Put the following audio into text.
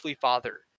father